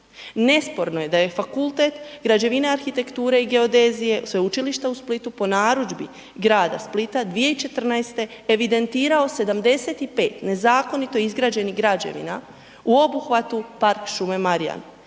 Nesporno je da je Fakultet građevine, arhitekture i geodezije Sveučilišta u Splitu po narudžbi grada Splita 2014. evidentirao 75 nezakonito izgrađenih građevina u obuhvatu Park šume Marjan.